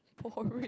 boring